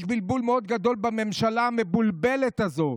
יש בלבול מאוד גדול בממשלה המבולבלת הזאת,